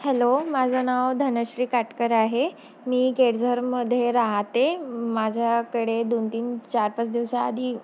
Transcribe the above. hello माझं नाव धनश्री काटकर आहे मी केळझरमध्ये राहते माझ्याकडे दोन तीन चार पाच दिवसाआधी